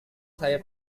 saya